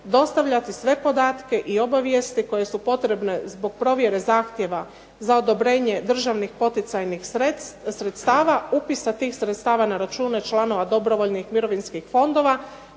dostavljati sve podatke i obavijesti koje su potrebne zbog provjere zahtjeva za odobrenje državnih poticajnih sredstava, upisa tih sredstava na račune članova dobrovoljnih mirovinskih fondova